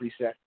preset